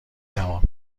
تمام